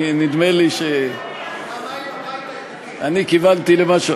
נדמה לי שאני כיוונתי למה,